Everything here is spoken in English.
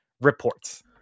reports